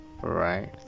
right